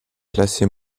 classés